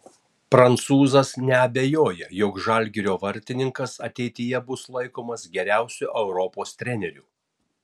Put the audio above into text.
prancūzas neabejoja jog žalgirio vairininkas ateityje bus laikomas geriausiu europos treneriu